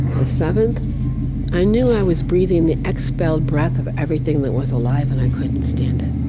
the seventh i knew i was breathing the expelled breath of everything that was alive and i couldn't stand it.